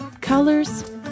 colors